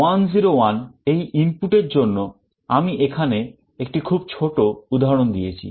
1 0 1 এই ইনপুট এর জন্য আমি এখানে একটি খুব ছোট উদাহরণ দিয়েছি